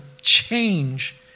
change